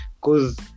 cause